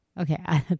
Okay